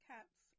Cats